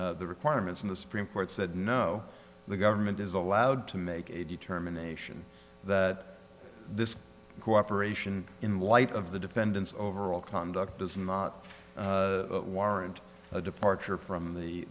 requirements in the supreme court said no the government is allowed to make a determination that this cooperation in light of the defendants overall conduct is not warrant a departure from the